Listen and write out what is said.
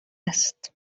است